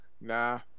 Nah